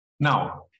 Now